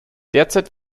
derzeit